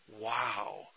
Wow